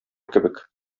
кебек